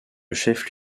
chef